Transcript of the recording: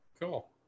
Cool